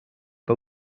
pas